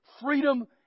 freedom